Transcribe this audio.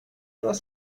does